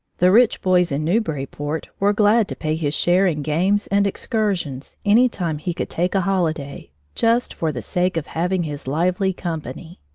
the rich boys in newburyport were glad to pay his share in games and excursions any time he could take a holiday, just for the sake of having his lively company.